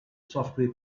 software